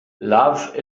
love